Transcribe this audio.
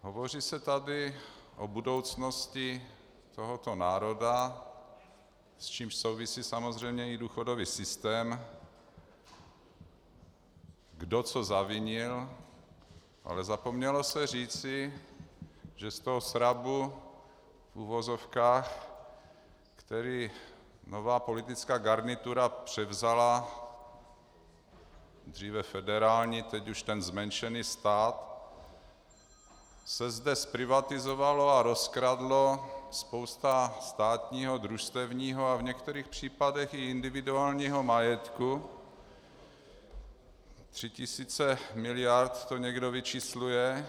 Hovoří se tady o budoucnosti tohoto národa, s čímž souvisí samozřejmě i důchodový systém, kdo co zavinil, ale zapomnělo se říci, že z toho srabu, v uvozovkách, který nová politická garnitura převzala, dříve federální, teď už ten zmenšený stát, se zde zprivatizovala a rozkradla spousta státního, družstevního, a v některých případech i individuálního majetku, tři tisíce miliard to někdo vyčísluje.